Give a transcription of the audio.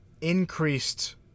increased